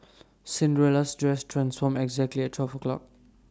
Cinderella's dress transformed exactly at twelve o' clock